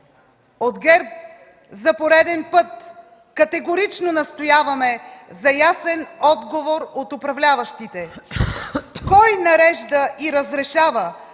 От ГЕРБ за пореден път категорично настояваме за ясен отговор от управляващите: кой нарежда и разрешава